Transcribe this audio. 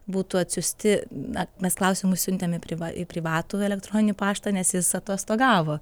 būtų atsiųsti na mes klausimus siuntėm į priva į privatų elektroninį paštą nes jis atostogavo